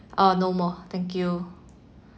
uh no more thank you